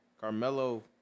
Carmelo